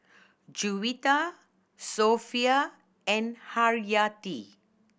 Juwita Sofea and Haryati